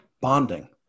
bonding